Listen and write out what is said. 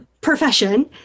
profession